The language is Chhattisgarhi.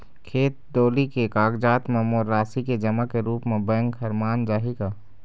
खेत डोली के कागजात म मोर राशि के जमा के रूप म बैंक हर मान जाही का?